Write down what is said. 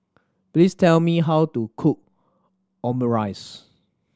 please tell me how to cook Omurice